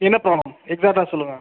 என்ன ப்ராப்ளம் எக்ஸாக்ட்டா சொல்லுங்கள்